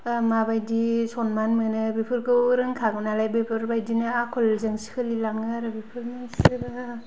माबायदि सनमान मोनो बेफोरखौ रोंखागौ नालाय बेफोरबायदिनो आखलजों सोलिलाङो आरो बेफोरनोसै